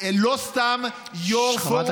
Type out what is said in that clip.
15 שנה הייתי